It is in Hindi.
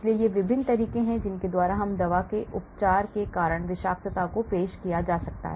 इसलिए ये विभिन्न तरीके हैं जिनके द्वारा दवा उपचार के कारण विषाक्तता को पेश किया जा सकता है